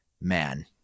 man